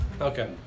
Okay